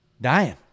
dying